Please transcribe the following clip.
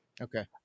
Okay